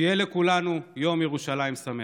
שיהיה לכולנו יום ירושלים שמח.